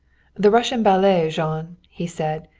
the russian ballet, jean! he said,